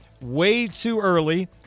way-too-early